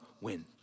win